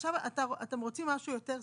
עכשיו אתם רוצים משהו יותר ספציפי.